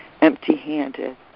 empty-handed